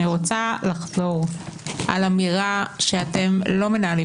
אני רוצה לחזור על אמירה שאתם לא מנהלים